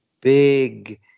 Big